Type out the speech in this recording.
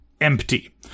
empty